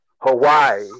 Hawaii